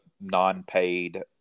non-paid